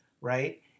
right